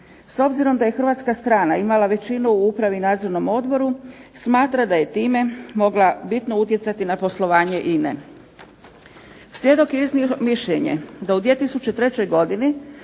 S obzirom da je hrvatska strana imala većinu u upravi i nadzornom odboru smatra da je time mogla bitno utjecati na poslovanje INA-e. Svjedok je iznio mišljenje da u 2003. godini